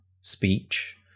speech